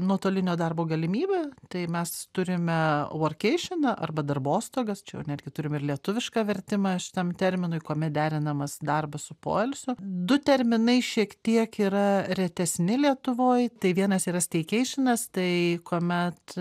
nuotolinio darbo galimybe tai mes turime vuorkeišiną arba darbostogas čia jau netgi turim ir lietuvišką vertimą šitam terminui kuomet derinamas darbas su poilsiu du terminai šiek tiek yra retesni lietuvoj tai vienas yra steikeišinas tai kuomet